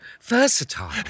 versatile